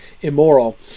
immoral